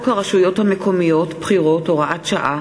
הרשויות המקומיות (בחירות) (הוראת שעה),